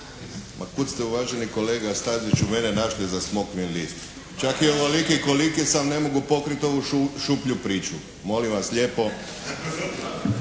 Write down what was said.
Pa kud ste uvaženi kolega Staziću mene našli za smokvin list. Čak i ovoliki koliki sam ne mogu pokriti ovu šuplju priču. Molim vas lijepo